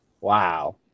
Wow